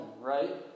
Right